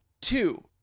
Two